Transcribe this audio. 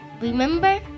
remember